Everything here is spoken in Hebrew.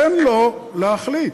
תנו לו להחליט.